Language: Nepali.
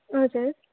हजुर